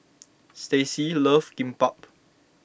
Staci loves Kimbap